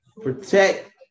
Protect